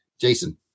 Jason